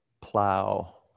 plow